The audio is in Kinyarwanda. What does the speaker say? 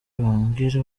mbabwire